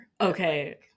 Okay